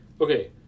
Okay